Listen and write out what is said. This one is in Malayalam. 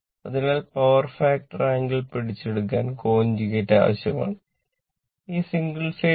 അതിനാൽ പവർ ഫാക്ടർ